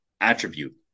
attribute